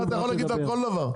את זה אתה יכול להגיד על כל דבר.